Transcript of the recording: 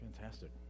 fantastic